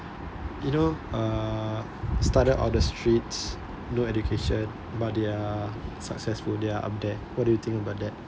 you know uh started on the streets no education but they are successful they are up there what do you think about that